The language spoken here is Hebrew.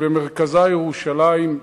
שבמרכזה ירושלים,